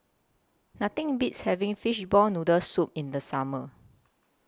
Nothing Beats having Fishball Noodle Soup in The Summer